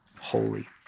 holy